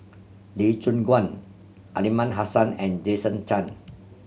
Lee Choon Guan Aliman Hassan and Jason Chan